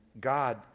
God